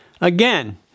Again